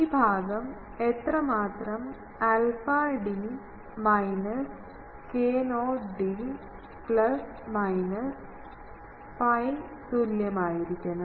ഈ ഭാഗം എത്രമാത്രം alpha d minus k0 d plus minus pi തുല്യമായിരിക്കണം